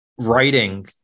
writing